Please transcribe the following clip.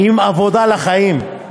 עם עבודה לחיים,